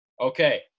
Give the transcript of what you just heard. Okay